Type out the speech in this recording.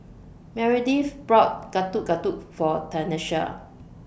Meredith bought Getuk Getuk For Tenisha